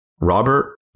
Robert